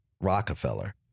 Rockefeller